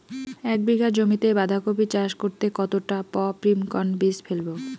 এক বিঘা জমিতে বাধাকপি চাষ করতে কতটা পপ্রীমকন বীজ ফেলবো?